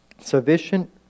Sufficient